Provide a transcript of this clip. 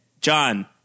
john